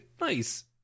Nice